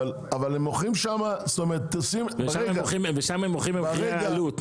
הם מוכרים --- ושם הם מוכרים במחירי עלות,